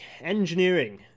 Engineering